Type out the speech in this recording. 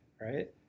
right